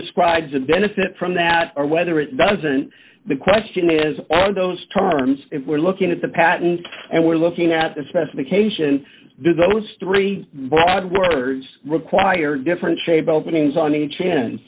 describes a benefit from that or whether it doesn't the question is all those terms we're looking at the patents and we're looking at the specification those three broad words require different shape openings on each